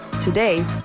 today